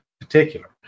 particular